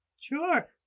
Sure